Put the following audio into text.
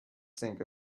sink